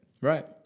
Right